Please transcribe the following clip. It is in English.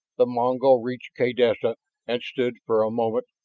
the mongol reached kaydessa and stood for a moment,